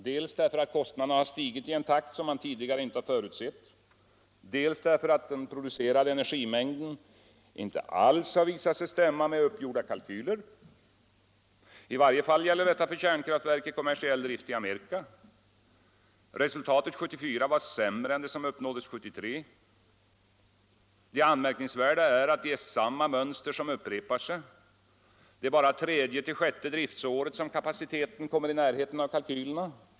Dels därför att kostnaden stigit i en takt som man tidigare inte förutsett, dels därför att den producerade energimängden per år inte alls visat sig stämma med uppgjorda kalkyler. I varje fall gäller detta för kärnkraftverk i kommersiell drift i Amerika. Resultatet 1974 var sämre än det som uppnåddes 1973. Det anmärkningsvärda är att det är samma mönster som upprepar sig — det är bara tredje till sjätte driftsåret som kapaciteten kommer i närheten av kalkylerna.